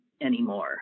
anymore